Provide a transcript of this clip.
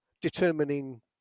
Determining